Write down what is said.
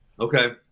Okay